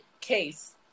case